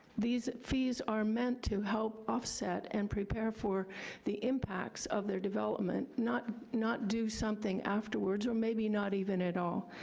these fees are meant to help offset and prepare for the impacts of their development, not not do something afterwards or maybe not even at all.